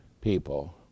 people